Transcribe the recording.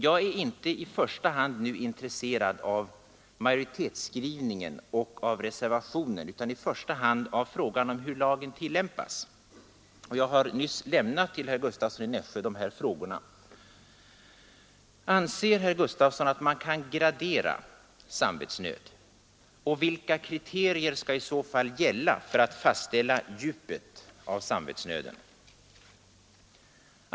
Jag är inte i första hand intresserad av majoritetsskrivningen och av reservationen utan av frågan om hur lagen tillämpas, och jag har nyss till herr Gustavsson i Nässjö lämnat följande frågor: 1. Anser herr Gustavsson att man kan gradera samvetsnöd? Vilka kriterier skall i så fall gälla för att fastställa djupet av samvetsnöden? 2.